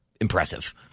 impressive